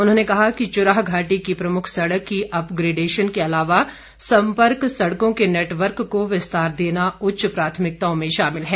उन्होंने कहा कि चुराह घाटी की प्रमुख सडक की अपग्रेडेशन के अलावा संपर्क सड़कों के नेटवर्क को विस्तार देना उच्च प्राथमिकताओं में शामिल है